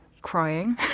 crying